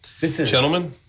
Gentlemen